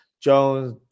Jones